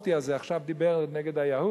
המופתי הזה עכשיו דיבר נגד היהוּד,